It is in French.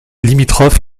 limitrophe